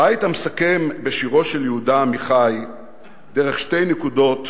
הבית המסכם בשירו של יהודה עמיחי "דרך שתי נקודות"